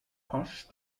pasch